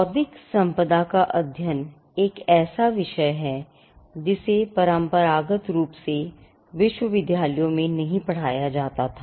बौद्धिक संपदा का अध्ययन एक ऐसा विषय है जिसे परंपरागत रूप से विश्वविद्यालयों में नहीं पढ़ाया जाता था